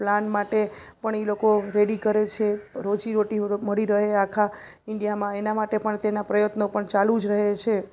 plan માટે પણ ઇ લોકો રેડી કરે છે રોજી રોટી મળી રહે આખા ઈન્ડિયામાં એના માટે પણ તેના પ્રયત્નો પણ ચાલુ જ રહે છે